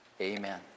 Amen